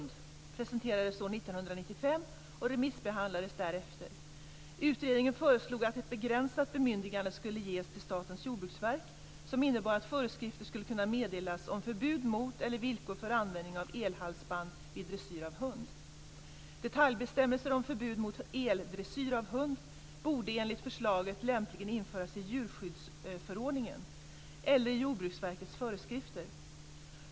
Detaljbestämmelser om förbud mot eldressyr av hund borde enligt förslaget lämpligen införas i djurskyddsförordningen eller i Jordbruksverkets föreskrifter.